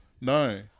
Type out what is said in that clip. no